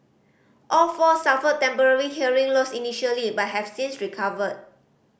all four suffered temporary hearing loss initially but have since recovered